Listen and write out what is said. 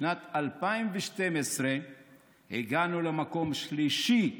בשנת 2012 הגענו למקום השלישי במדינה,